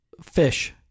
fish